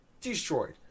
destroyed